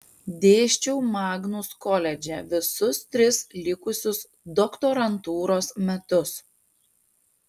dėsčiau magnus koledže visus tris likusius doktorantūros metus